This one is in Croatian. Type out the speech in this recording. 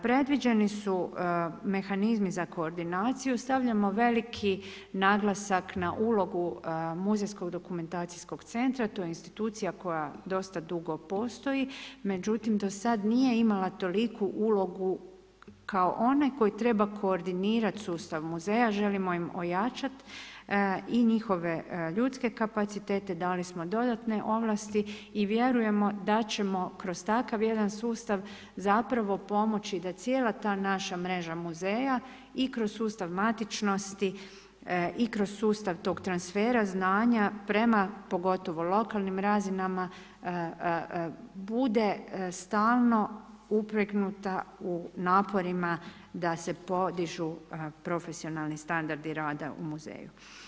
Predviđeni su mehanizmi za koordinaciju, stavljamo veliki naglasak na ulogu Muzejskog-dokumentacijskog centra, to je institucija koja dosta dugo postoji, međutim do sada nije imala toliku ulogu kao onaj koji treba koordinirat sustav muzeja, želimo ojačati i njihove ljudske kapacitete, dali smo dodatne ovlasti i vjerujemo da ćemo kroz takav jedan sustav pomoći da cijela ta naša mreža muzeja i kroz sustav matičnosti i kroz sustav tog transfera znanja prema pogotovo lokalnim razinama bude stalno upregnuta u naporima da se podižu profesionalni standardi rada u muzeju.